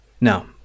Now